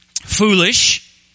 foolish